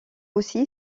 aussi